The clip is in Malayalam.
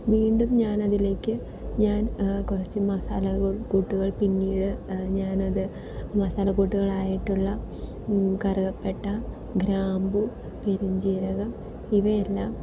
വീണ്ടും ഞാനതിലേക്ക് ഞാൻ കുറച്ച് മസാലക്കൂട്ടുകൾ പിന്നീട് ഞാനത് മസാലക്കൂട്ടുകളായിട്ടുള്ള കറുകപ്പട്ട ഗ്രാമ്പു പെരുംജീരകം ഇവയെല്ലാം